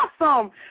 awesome